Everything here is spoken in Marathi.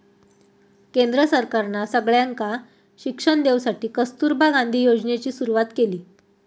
केंद्र सरकारना सगळ्यांका शिक्षण देवसाठी कस्तूरबा गांधी योजनेची सुरवात केली